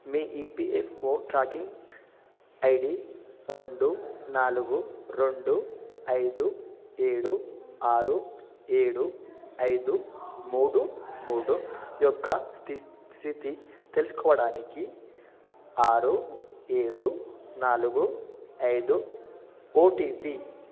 మీ EPFO tracking ID రెండు నాలుగు రెండు ఐదు ఏడు ఆరు ఏడు ఐదు మూడు మూడు యొక్క స్థితి తెలుసుకోవడానికి ఆరు ఏడు నాలుగు ఐదు ఓటిపి